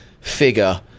figure